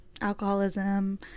alcoholism